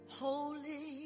holy